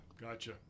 gotcha